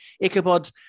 Ichabod